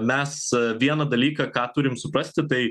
mes vieną dalyką ką turim suprasti tai